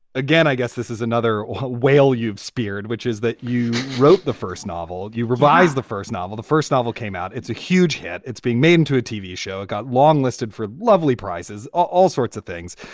again, i guess this is another whale you've speared, which is that you wrote the first novel. you revise the first novel, the first novel came out. it's a huge hit. it's being made into a tv show. it got long listed for lovely prizes, all sorts of things,